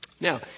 Now